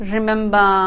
Remember